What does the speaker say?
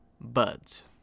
Bud's